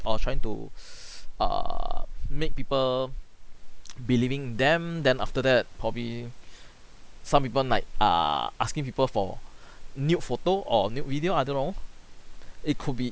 while trying to err make people believing them then after that probably some people like err asking people for nude photo or nude video I don't know it could be